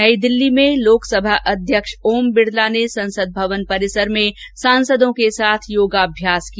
नई दिल्ली में लोकसभा अध्यक्ष ओम बिड़ला ने संसद भवन परिसर में सांसदों के साथ योगाभ्यास किया